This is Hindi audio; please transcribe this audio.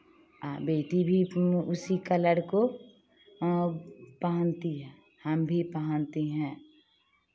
आ बेटी भी उसी कलर को पहनती है हम भी पहनती हैं